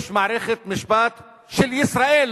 יש מערכת משפט של ישראל,